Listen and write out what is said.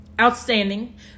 Outstanding